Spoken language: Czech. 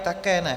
Také ne.